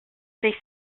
they